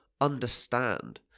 understand